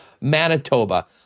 Manitoba